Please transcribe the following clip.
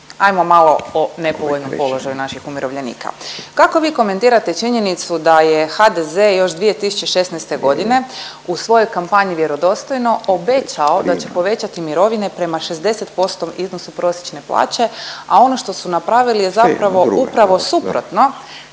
Ajmo malo o nepovoljnom položaju naših umirovljenika. Kako vi komentirate činjenicu da je HDZ još 2016.g. u svojoj kampanji Vjerodostojno obećao da će povećati mirovine prema 60% iznosu prosječne plaće, a ono što su napravili je zapravo upravo suprotno,